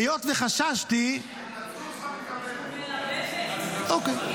היות שחששתי, אוקיי.